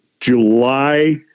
July